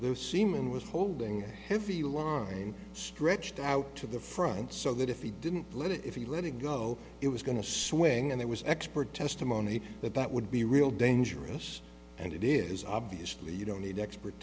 the seaman was holding heavy line stretched out to the front so that if he didn't bleed if he let it go it was going to swing and there was expert testimony that that would be real dangerous and it is obviously you don't need expert